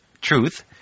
Truth